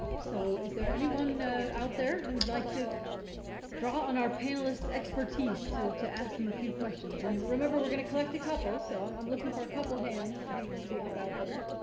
so is there anyone out there who would like to draw on our panelists expertise to, to ask them a few questions and remember we're going to collect a couple. so i'm looking for a couple of hands to be, to be up out there.